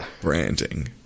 branding